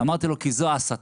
אמרתי לו: כי זו ההסתה.